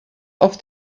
auf